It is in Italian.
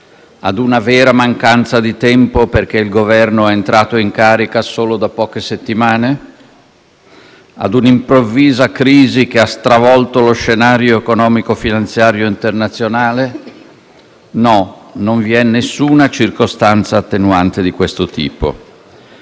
Ad una vera mancanza di tempo perché il Governo è entrato in carica solo da poche settimane? Ad un'improvvisa crisi che ha stravolto lo scenario economico-finanziario internazionale? No, non vi è alcuna circostanza attenuante di questo tipo.